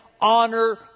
honor